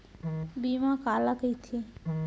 बीमा काला कइथे?